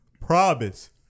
promise